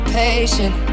patient